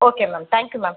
okay ma'am thank you ma'am